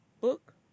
book